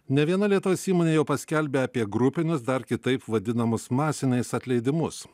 nė viena lietuvos įmonė jau paskelbė apie grupinius dar kitaip vadinamus masiniais atleidimus